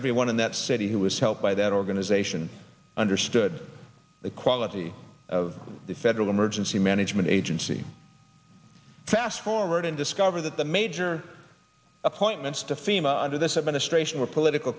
everyone in that city who was helped by that organization understood the quality of the federal emergency management agency fast forward and discover that the major appointments to fema under this administration were political